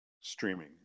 streaming